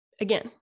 Again